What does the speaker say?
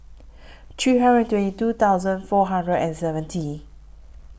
three hundred twenty two thousand four hundred and seventy